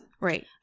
Right